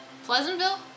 Pleasantville